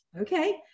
Okay